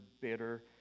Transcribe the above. bitter